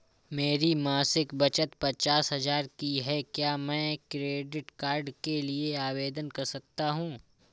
मेरी मासिक बचत पचास हजार की है क्या मैं क्रेडिट कार्ड के लिए आवेदन कर सकता हूँ?